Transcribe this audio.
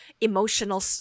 emotional